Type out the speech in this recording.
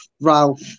Ralph